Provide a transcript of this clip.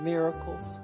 Miracles